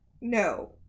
no